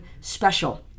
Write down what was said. special